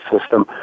System